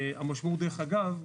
דרך אגב,